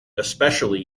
especially